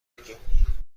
مرگیم